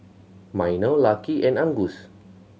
Minor Lucky and Angus